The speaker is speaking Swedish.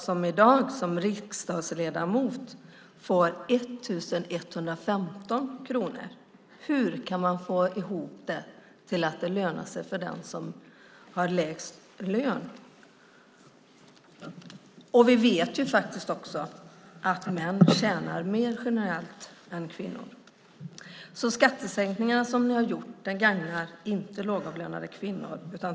I dag som riksdagsledamot får jag 1 115 kronor. Hur kan man få ihop det till att det lönar sig för den som har lägst lön? Vi vet att män generellt tjänar mer än kvinnor. Skattesänkningarna gagnar inte lågavlönade kvinnor.